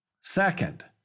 Second